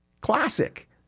Classic